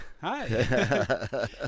Hi